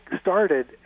started